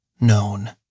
known